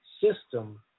system